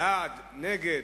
בעד, נגד,